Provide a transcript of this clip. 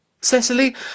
Cecily